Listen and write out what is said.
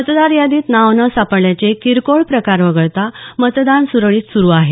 मतदार यादीत नावं न सापडण्याचे किरकोळ प्रकार वगळता मतदान सुरळीत सुरू आहे